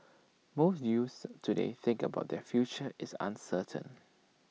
most youths today think about their future is uncertain